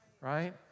right